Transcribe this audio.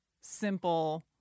simple